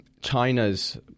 China's